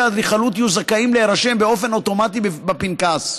אדריכלות יהיו זכאים להירשם באופן אוטומטי בפנקס,